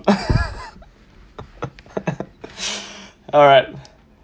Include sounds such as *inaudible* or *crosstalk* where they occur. *laughs* alright